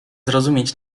zrozumieć